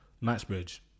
Knightsbridge